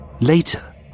Later